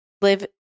live